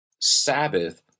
Sabbath